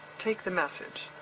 take the message.